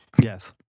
Yes